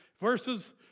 Verses